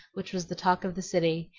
which was the talk of the city,